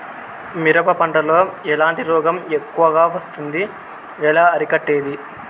మిరప పంట లో ఎట్లాంటి రోగం ఎక్కువగా వస్తుంది? ఎలా అరికట్టేది?